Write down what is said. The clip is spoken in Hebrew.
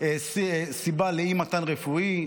סיבה לאי-מתן שירות רפואי,